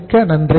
மிக்க நன்றி